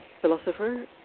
philosopher